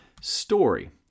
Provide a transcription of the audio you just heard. story